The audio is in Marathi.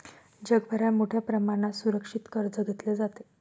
जगभरात मोठ्या प्रमाणात सुरक्षित कर्ज घेतले जाते